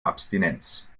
abstinenz